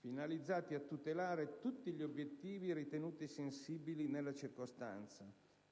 finalizzati a tutelare tutti gli obiettivi ritenuti sensibili nella circostanza,